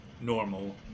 normal